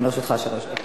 גם לרשותך שלוש דקות.